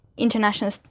international